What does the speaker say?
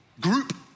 group